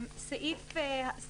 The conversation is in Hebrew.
הוספת סעיף 4ב אושרה.